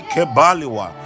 Kebaliwa